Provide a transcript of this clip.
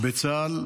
לשעבר בצה"ל,